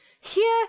Here